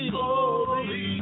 holy